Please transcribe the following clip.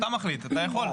אתה מחליט, אתה יכול.